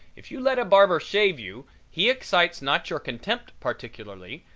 if you let a barber shave you he excites not your contempt particularly,